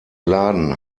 laden